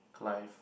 Clive